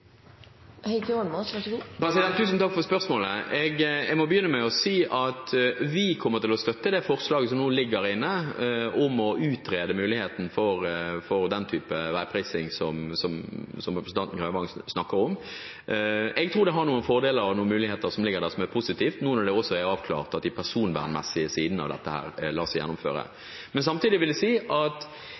Tusen takk for spørsmålet. Jeg må begynne med å si at vi kommer til å støtte det forslaget som nå ligger inne om å utrede muligheten for den type veiprising som representanten Grøvan snakker om. Jeg tror det har noen fordeler og noen muligheter som ligger der som er positive, nå når det også er avklart at de personvernmessige sidene av dette lar seg gjennomføre. Men samtidig vil jeg si at